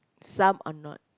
some are not